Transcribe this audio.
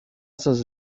σας